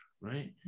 right